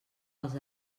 els